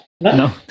No